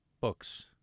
books